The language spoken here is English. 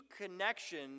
connection